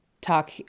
talk